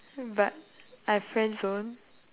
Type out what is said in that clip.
but I friend zone